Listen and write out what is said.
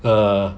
uh